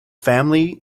family